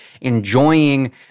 enjoying